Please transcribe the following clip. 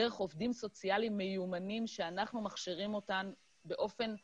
דרך עובדים סוציאליים מיומנים שאנחנו מכשירים אותם באופן רציף.